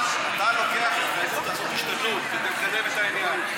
אתה לוקח התחייבות לעשות השתדלות כדי לקדם את העניין.